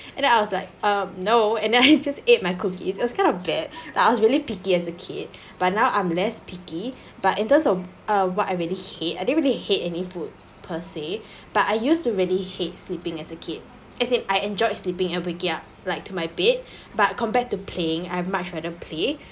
and then I was like um no and then I just ate my cookies it was kind of bad and I was really picky as a kid but now I'm less picky but in terms of uh what I really hate I didn't really hate any food per se but I used to really hate sleeping as a kid as in I enjoyed sleeping and would we get up like to my bed but compared to playing I'd much rather play